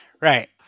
Right